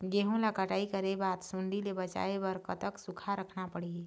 गेहूं ला कटाई करे बाद सुण्डी ले बचाए बर कतक सूखा रखना पड़ही?